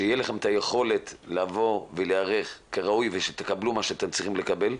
שתהיה לכם את היכולת לבוא ולהיערך כראוי ושתקבלו מה שאתם צריכים לקבל.